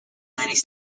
linux